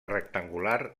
rectangular